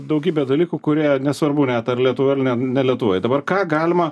daugybė dalykų kurie nesvarbu net ar lietuvoj ar ne ne lietuvoj dabar ką galima